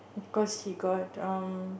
cause he got um